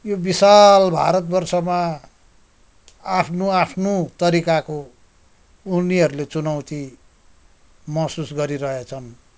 यो विशाल भारतवर्षमा आफ्नो आफ्नो तरिकाको उनीहरूले चुनौती महसुस गरिरहेछन्